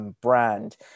brand